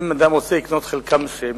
אם אדם רוצה לקנות חלקה מסוימת,